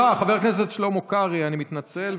סליחה, חבר הכנסת שלמה קרעי, אני מתנצל.